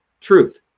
truth